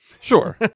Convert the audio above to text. Sure